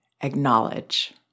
acknowledge